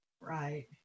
Right